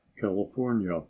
CALIFORNIA